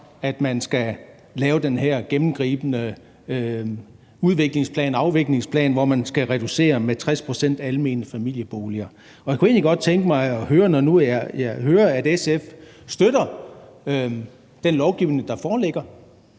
at man skal lave den her gennemgribende udviklingsplan/afviklingsplan, hvor man skal reducere med 60 pct. almene familieboliger? Jeg kunne egentlig godt tænke mig at høre, når nu jeg hører, at SF støtter den lovgivning, der foreligger,